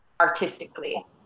artistically